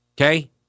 Okay